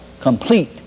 complete